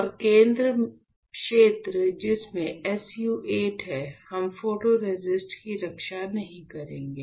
और केंद्र क्षेत्र जिसमें SU 8 है हम फोटोरेसिस्ट की रक्षा नहीं करेंगे